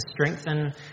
strengthen